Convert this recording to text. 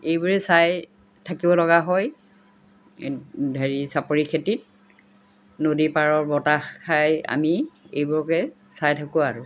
এইবোৰে চাই থাকিব লগা হয় হেৰি চাপৰি খেতিত নদী পাৰৰ বতাহ খাই আমি এইবোৰকে চাই থাকোঁ আৰু